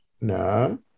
No